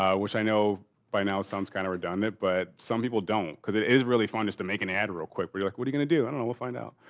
um which i know by now sounds kind of redundant. but some people don't because it is really fun just to make an ad real quick where you like, what you gonna do? i don't know, we'll find out.